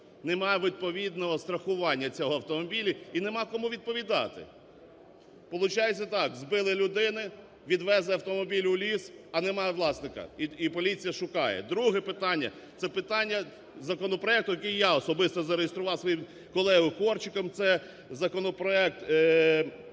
немає відповідного страхування цього автомобіля і немає кому відповідати. Получається так: збили людину, відвезли автомобіль у ліс, а немає власника, і поліція шукає. Друге питання, це питання законопроекту, який я особисто зареєстрував зі своїм колегою Корчиком, це законопроект